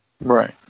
Right